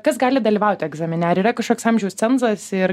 kas gali dalyvauti egzamine ar yra kažkoks amžiaus cenzas ir